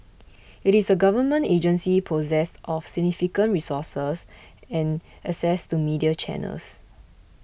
it is a Government agency possessed of significant resources and access to media channels